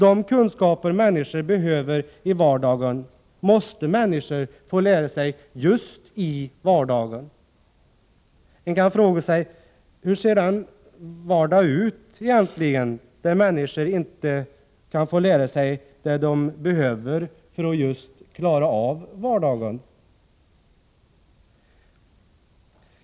De kunskaper människor behöver i vardagen, måste människor få lära sig just i vardagen. Man kan fråga sig hur den vardag egentligen ser ut, där människor inte kan få lära sig det de behöver för att just klara av vardagen.